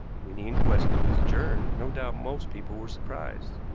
when the inquest was adjourned, no doubt most people were surprised.